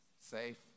safe